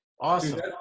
Awesome